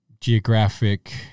geographic